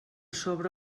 sobre